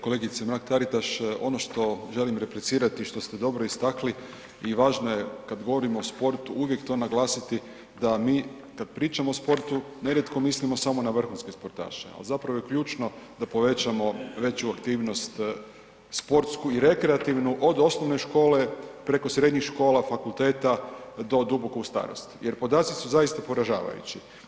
Kolegice Mrak Taritaš ono što želim replicirati i što ste dobro istakli i važno je kada govorimo o sportu uvijek to naglasiti da mi kad pričamo o sportu nerijetko samo mislimo na vrhunske sportaše, a zapravo je ključno da povećamo veću aktivnost sportsku i rekreativnu od osnovne škole preko srednjih škola, fakulteta do duboko u starost jer podaci su zaista poražavajući.